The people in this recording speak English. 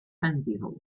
pantyhose